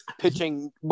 pitching